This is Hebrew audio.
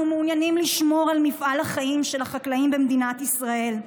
אנחנו מעוניינים לשמור על מפעל החיים של החקלאים במדינת ישראל.